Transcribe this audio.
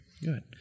good